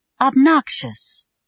Obnoxious